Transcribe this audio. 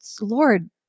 Lord